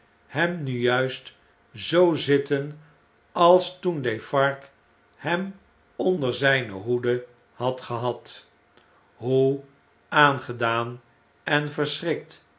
hem nu juist z zitten als toen defarge hem onder zijne hoede had gehad hoe aangedaan en